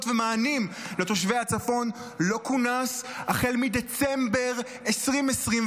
ומענים לתושבי הצפון לא כונס החל מדצמבר 2023,